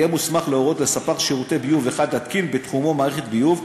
יהיה מוסמך להורות לספק שירותי ביוב אחד להתקין בתחומו מערכת ביוב,